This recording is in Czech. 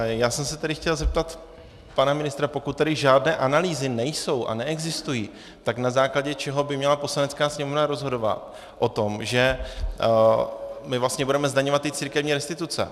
Já jsem se tedy chtěl zeptat pana ministra, pokud tedy žádné analýzy nejsou a neexistují, tak na základě čeho by měla Poslanecká sněmovna rozhodovat o tom, že my vlastně budeme zdaňovat církevní restituce.